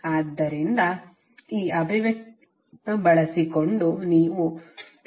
ಆದ್ದರಿಂದ ಈ ಅಭಿವ್ಯಕ್ತಿಯನ್ನು ಬಳಸಿಕೊಂಡು ನೀವು 212